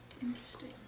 Interesting